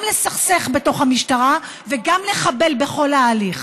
לסכסך בתוך המשטרה וגם לחבל בכל ההליך.